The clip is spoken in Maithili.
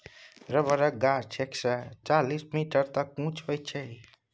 रबरक गाछ एक सय चालीस मीटर तक उँच होइ छै